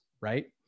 right